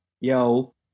yo